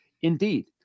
Indeed